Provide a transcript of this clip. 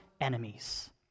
enemies